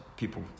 People